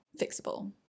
fixable